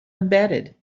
embedded